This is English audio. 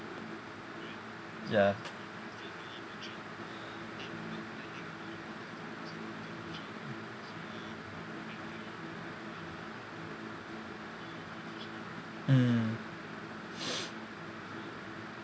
ya mm